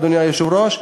אדוני היושב-ראש,